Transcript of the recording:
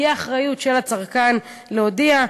תהיה אחריות של הצרכן להודיע.